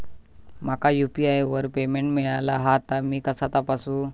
माका यू.पी.आय वर पेमेंट मिळाला हा ता मी कसा तपासू?